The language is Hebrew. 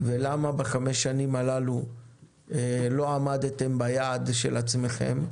ולמה בחמש השנים הללו לא עמדתם ביעד של עצמכם,